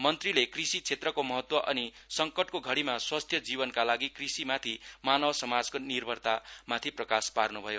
मन्त्रीले कृषि क्षेत्रको महत्व अनि संकटको घडीमा स्वस्थ्य जीवनका लागि कृषिमाथि मानव समाजको निर्भरतामाथि प्रकाश पार्न्भयो